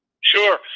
Sure